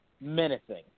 menacing